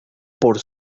por